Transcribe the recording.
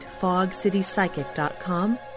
fogcitypsychic.com